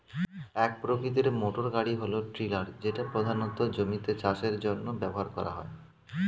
এক প্রকৃতির মোটরগাড়ি হল টিলার যেটা প্রধানত জমিতে চাষের জন্য ব্যবহার করা হয়